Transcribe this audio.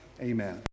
Amen